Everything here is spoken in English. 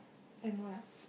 and what